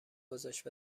گذاشت